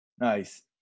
Nice